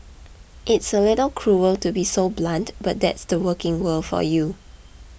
it's a little cruel to be so blunt but that's the working world for you